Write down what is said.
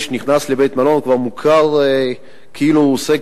שנכנס לבית-מלון כבר מוכר כאילו הוא עוסק